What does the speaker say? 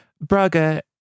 Braga